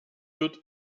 wird